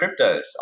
cryptos